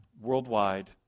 worldwide